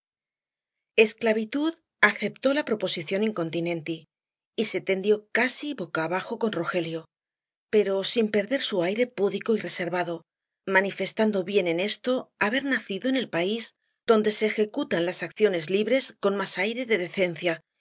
esclavitud aceptó la proposición incontinenti y se tendió casi boca á boca con rogelio pero sin perder su aire púdico y reservado manifestando bien en esto haber nacido en el país donde se ejecutan las acciones libres con más aire de decencia